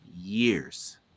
years